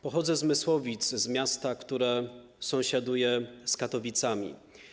Pochodzę z Mysłowic - z miasta, które sąsiaduje z Katowicami.